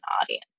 audience